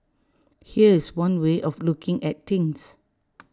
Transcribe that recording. here's one way of looking at things